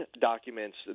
documents